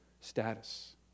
status